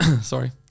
sorry